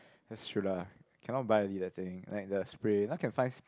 they should lah cannot buy the already that thing like the spray now can finds